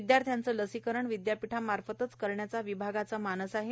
विदयार्थ्यांचं लसीकरण विदयापीठामार्फतच करण्याचा विभागाचा मानस आहे